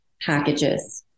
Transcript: packages